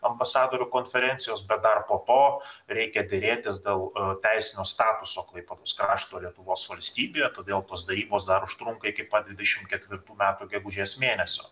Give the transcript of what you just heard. ambasadorių konferencijos bet dar po to reikia derėtis dėl teisinio statuso klaipėdos krašto lietuvos valstybėje todėl tos derybos dar užtrunka iki pat dvidešim ketvirtų metų gegužės mėnesio